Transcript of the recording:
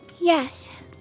Yes